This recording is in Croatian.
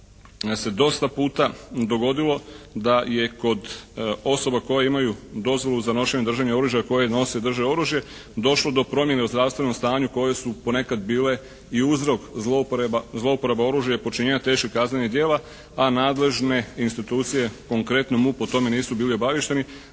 se dosta puto dogodio da je kod osoba koje imaju dozvolu za nošenje i držanje oružja i koje nose i drže oružje došlo do promjene u zdravstvenom stanju koje su ponekad bile i uzrok zlouporaba oružja i počinjenja teških kaznenih djela, a nadležne institucije konkretno MUP o tome nisu bili obaviješteni,